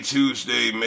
Tuesday